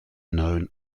known